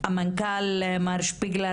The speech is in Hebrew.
שהמנכ"ל מר שפיגלר,